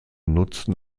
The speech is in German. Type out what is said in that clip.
nutzen